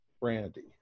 brandy